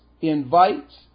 invites